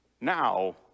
now